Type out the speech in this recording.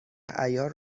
عیار